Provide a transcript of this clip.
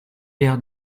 l’air